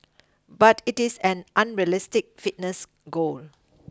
but it is an unrealistic fitness goal